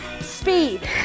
Speed